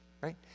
right